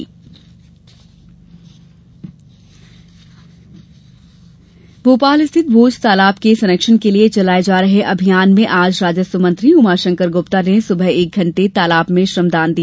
उमाशंकर ग्प्ता भोपाल में स्थित भोज तालाब के संरक्षण के लिए चलाये जा रहे अभियान में आज राजस्व मंत्री उमाशंकर गुप्ता ने सुबह एक घंटे तालाब में श्रमदान किया